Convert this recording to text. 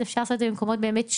אז אפשר לעשות את זה ממקומות שונים